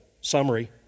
summary